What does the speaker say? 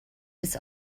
bis